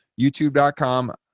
YouTube.com